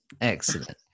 Excellent